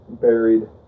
buried